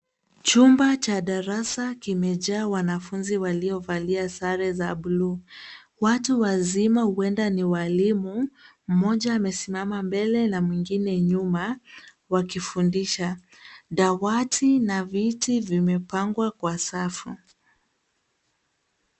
Chumba cha darasa kimejaa wanafunzi waliovalia sare za blue . Watu wazima huenda ni walimu, mmoja amesimama mbele na mwengine nyuma, wakifundisha. Dawati na viti vimepangwa kwa safu.